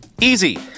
Easy